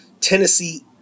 Tennessee